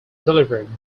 delivered